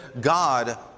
God